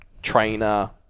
trainer